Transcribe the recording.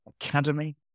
Academy